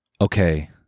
okay